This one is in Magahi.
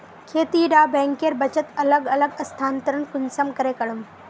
खेती डा बैंकेर बचत अलग अलग स्थानंतरण कुंसम करे करूम?